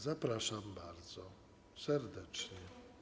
Zapraszam bardzo serdecznie.